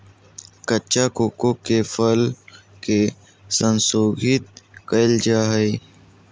कच्चा कोको के फल के संशोधित कइल जा हइ